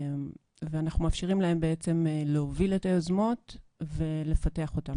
ואנחנו מאפשרים להם בעצם להוביל את היוזמות ולפתח אותן,